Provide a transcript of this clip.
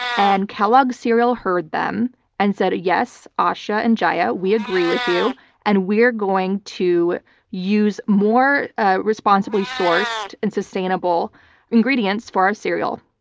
and kellogg cereal heard them and said, yes, asha and jaya, we agree with you and we're going to use more responsibly sourced and sustainable ingredients for our cereal,